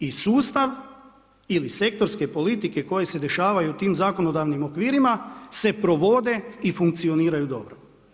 I sustav ili sektorske politike koje se dešavaju u tim zakonodavnim okvirima se provode i funkcioniraju dobro.